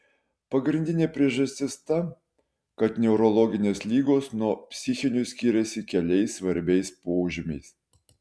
pagrindinė priežastis ta kad neurologinės ligos nuo psichinių skiriasi keliais svarbiais požymiais